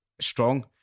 strong